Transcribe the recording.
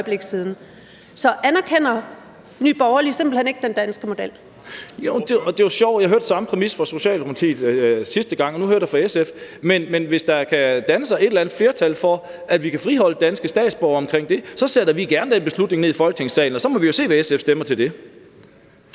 Lars Boje Mathiesen (NB): Det er sjovt. Jeg hørte den samme præmis nævnt fra Socialdemokratiet sidste gang, og nu hører jeg den fra SF. Men hvis der kan danne sig et eller andet flertal for, at vi kan friholde danske statsborgere, sender vi gerne det forslag ned i Folketingssalen, og så må vi jo se, hvad SF stemmer til det.